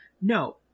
no